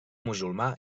musulmà